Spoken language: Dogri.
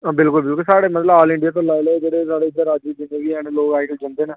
आं बिल्कुल बिल्कुल साढ़े मतलब आल इंडिया तूं लाई लैओ जेह्ड़े साढ़े इद्धर राज्य जिन्ने बी हैन न लोग अजकल जंदे न